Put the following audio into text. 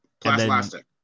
Plastic